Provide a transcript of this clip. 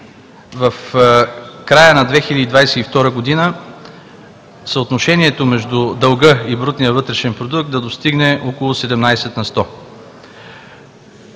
в края на 2022 г. съотношението между дълга и брутния вътрешен продукт да достигне около 17 на сто.